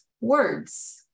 words